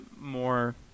more